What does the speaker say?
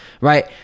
right